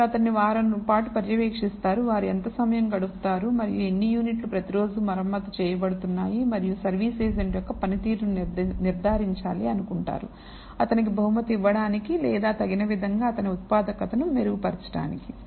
మీరు అతన్ని వారం పాటు పర్యవేక్షిస్తారు వారు ఎంత సమయం గడుపుతారు మరియు ఎన్ని యూనిట్లు ప్రతిరోజూ మరమ్మత్తు చేయబడుతున్నాయి మరియు సర్వీస్ ఏజెంట్ యొక్క పనితీరును నిర్ధారించాలి అనుకుంటారు అతనికి బహుమతి ఇవ్వడానికి లేదా తగిన విధంగా అతని ఉత్పాదకతను మెరుగుపరచడానికి